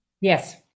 Yes